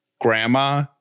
grandma